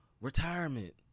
retirement